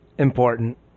Important